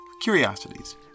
Curiosities